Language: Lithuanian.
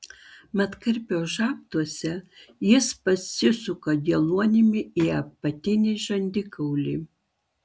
mat karpio žabtuose jis pasisuka geluonimi į apatinį žandikaulį